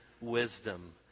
wisdom